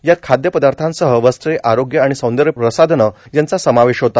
यात खाद्य पदार्थांसह वस्त्रे आरोग्य आणि सौदर्य प्रसाधने यांचा समावेश होता